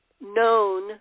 known